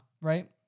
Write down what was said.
right